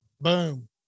Boom